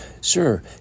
Sir